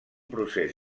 procés